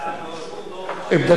עמדתו האישית.